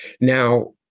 Now